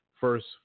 first